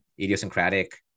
idiosyncratic